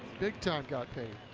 big time got paid.